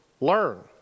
learn